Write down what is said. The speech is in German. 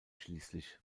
schließlich